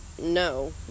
no